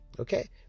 okay